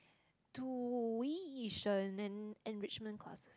tuition and enrichment classes